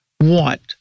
want